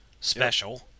special